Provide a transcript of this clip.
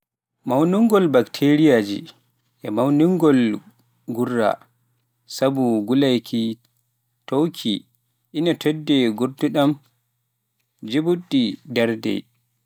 Mawnugol bakteriiji e bonnugol nguura, sabu nguleeki toowki ina toɗɗii nguurndam njuɓɓudi, darnde